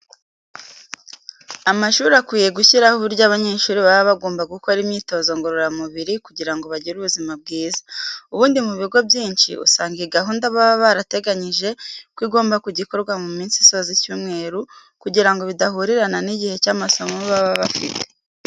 Amashuri akwiye gushyiraho uburyo abanyeshuri baba bagomba gukora imyitozo ngororamubiri kugira ngo bagire ubuzima bwiza. Ubundi mu bigo byinshi usanga iyi gahunda baba barateganyije ko igomba kujya ikorwa mu minsi isoza icyumweru kugira ngo bidahurirana n'igihe cy'amasomo baba bafite.